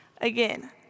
Again